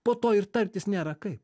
po to ir tartis nėra kaip